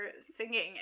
singing